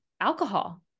alcohol